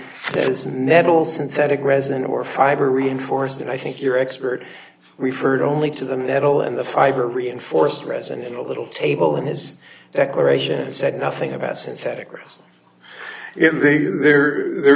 will synthetic resident or fiber reinforced and i think your expert referred only to the medal and the fiber reinforced resin in a little table in his declaration said nothing about synthetic risk if there there